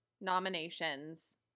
nominations